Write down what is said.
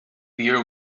beer